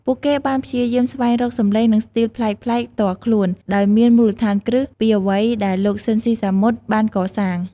ពួកគេបានព្យាយាមស្វែងរកសំឡេង និងស្ទីលប្លែកៗផ្ទាល់ខ្លួន ដោយមានមូលដ្ឋានគ្រឹះពីអ្វីដែលលោក ស៊ីន ស៊ីសាមុត បានកសាង ។